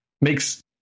Makes